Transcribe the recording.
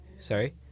Sorry